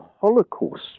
Holocaust